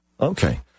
Okay